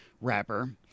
rapper